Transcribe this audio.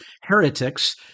heretics